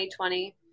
2020